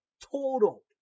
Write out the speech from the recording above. total